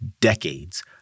Decades